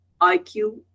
IQ